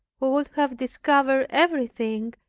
who would have discovered everything,